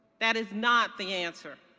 that is not the answer.